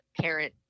parent